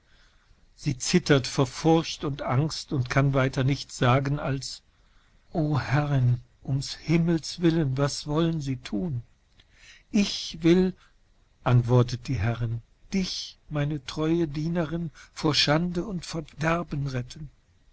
sie zittert vor furcht und angst und kann weiter nichts sagen als o herrin ums himmels willen was wollen sie tun ich will antwortete die herrin dich meine treue dienerin vor schande und verderben retten